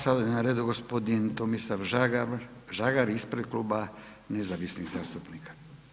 Sada je na redu gospodin Tomislav Žagar ispred Kluba Nezavisnih zastupnika.